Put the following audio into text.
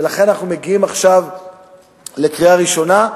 ולכן אנחנו מגיעים עכשיו לקריאה ראשונה.